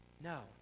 No